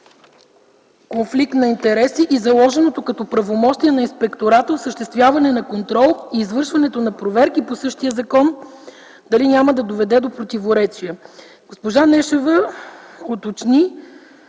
конфликт на интереси и заложеното като правомощие на инспектората осъществяване на контрол и извършването на проверки по същия закон - дали няма да доведе до противоречие? Госпожа Нешева уточни,